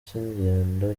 cy’ingendo